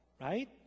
right